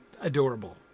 Adorable